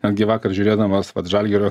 netgi vakar žiūrėdamas vat žalgirio